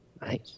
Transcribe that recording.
nice